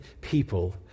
people